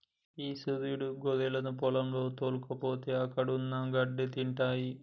ఈ సురీడు గొర్రెలను పొలంలోకి తోల్కపోతే అక్కడున్న గడ్డి తింటాయి